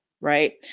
Right